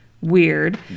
weird